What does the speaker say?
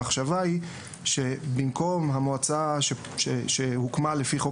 המחשבה היא שבמקום המועצה שהוקמה לפי חוק